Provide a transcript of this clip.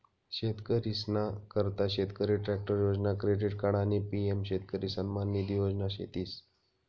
शेतकरीसना करता शेतकरी ट्रॅक्टर योजना, क्रेडिट कार्ड आणि पी.एम शेतकरी सन्मान निधी योजना शेतीस